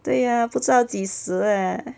对呀不知道几时 leh